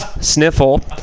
Sniffle